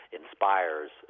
inspires